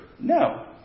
No